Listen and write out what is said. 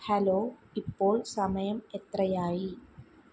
hello ഇപ്പോൾ സമയം എത്രയായി